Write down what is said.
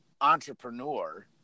entrepreneur